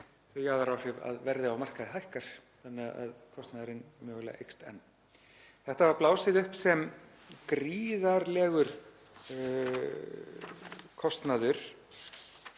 þau jaðaráhrif að verð á markaði hækkar þannig að kostnaðurinn mögulega eykst enn. Þetta var blásið upp sem gríðarlegur kostnaður